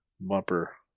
bumper